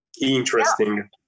interesting